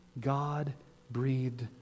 God-breathed